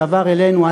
ועבר אלינו,